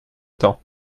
temps